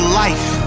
life